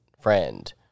friend